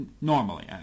Normally